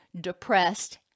depressed